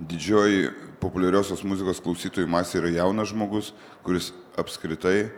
didžioji populiariosios muzikos klausytojų masė yra jaunas žmogus kuris apskritai